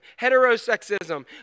heterosexism